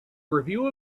review